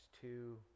two